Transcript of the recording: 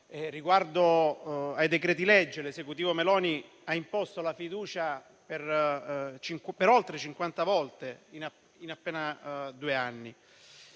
Riguardo ai decreti-legge, l'Esecutivo Meloni ha imposto la fiducia per oltre 50 volte in appena due anni.